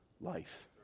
life